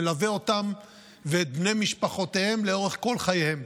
מלווה אותם ואת בני משפחותיהם לאורך כל חייהם.